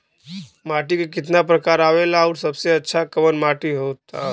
माटी के कितना प्रकार आवेला और सबसे अच्छा कवन माटी होता?